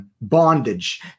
bondage